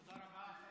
תודה רבה.